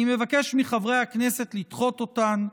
אני מבקש מחברי הכנסת לדחות אותן,